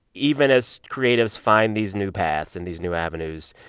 even as creatives find these new paths and these new avenues,